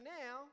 now